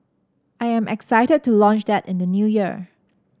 I am excited to launch that in the New Year